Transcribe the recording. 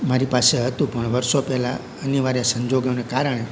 મારી પાસે હતું પણ વર્ષો પહેલાં અનિવાર્ય સંજોગોને કારણે